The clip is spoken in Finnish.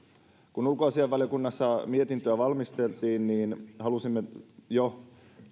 kun ulkoasiainvaliokunnassa mietintöä valmisteltiin niin halusimme